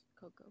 Coco